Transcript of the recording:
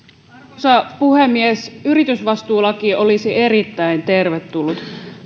arvoisa puhemies yritysvastuulaki olisi erittäin tervetullut